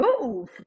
move